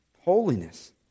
Holiness